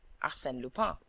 arsene lupin.